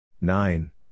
Nine